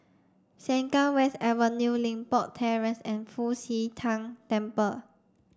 Sengkang West Avenue Limbok Terrace and Fu Xi Tang Temple